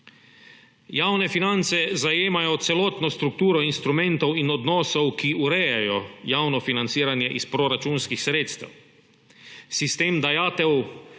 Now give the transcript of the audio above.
Javne finance zajemajo celotno strukturo instrumentov in odnosov, ki urejajo javno financiranje iz proračunskih sredstev. Sistem dajatev,